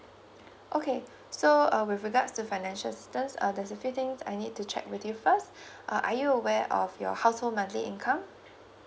okay so uh with regards to financial assistance uh there's a few things I need to check with you first uh are you aware of your household monthly income